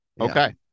Okay